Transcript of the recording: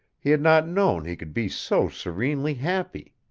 he had not known he could be so serenely happy.